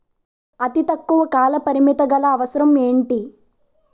అతి తక్కువ కాల పరిమితి గల అవసరం ఏంటి